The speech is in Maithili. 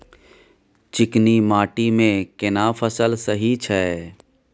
चिकनी माटी मे केना फसल सही छै?